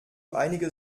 einige